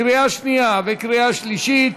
קריאה שנייה וקריאה שלישית.